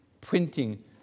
printing